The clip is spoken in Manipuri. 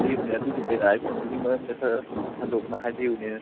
ꯂꯤꯎꯅꯦ ꯑꯗꯨꯒꯤꯗꯤ ꯑꯥꯏ ꯐꯣꯟꯗꯨꯒꯤ ꯃꯔꯝꯗ ꯈꯔ ꯁꯟꯗꯣꯛꯅ ꯍꯥꯏꯕꯤꯎꯅꯦ